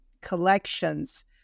collections